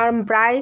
আর প্রায়